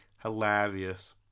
hilarious